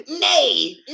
Nay